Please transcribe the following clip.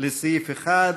לסעיף 1,